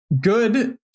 good